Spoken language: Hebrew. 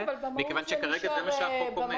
מכיוון שכרגע זה מה שהחוק אומר